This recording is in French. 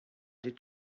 des